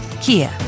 Kia